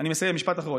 אני מסיים, משפט אחרון.